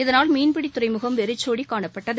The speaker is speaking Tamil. இதனால் மீன்பிடி துறைமுகம் வெறிச்சோடி காணப்பட்டது